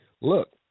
look